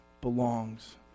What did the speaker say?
belongs